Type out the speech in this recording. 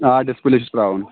آ ڈِسپٕلے چھُس پرٛاوُن